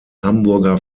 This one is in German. hamburger